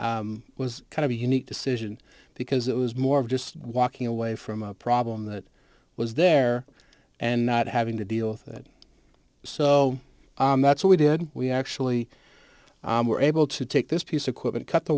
was kind of a unique decision because it was more of just walking away from a problem that was there and not having to deal with it so that's what we did we actually were able to take this piece of equipment cut the